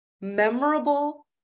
memorable